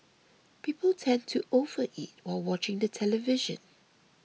people tend to overeat while watching the television